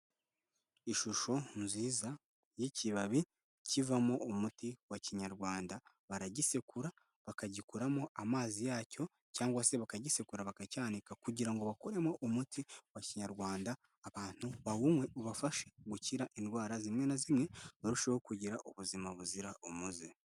Ishusho nziza y'ikibabi kivamo umuti wa kinyarwanda, baragisekura bakagikuramo amazi yacyo cyangwa se bakagisekura bakacyanika kugira ngo bakuremo umuti wa kinyarwanda abantu bawumywe ubafashe gukira indwara zimwe na zimwe, barusheho kugira ubuzima buzira umuze.